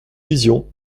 lisions